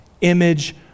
image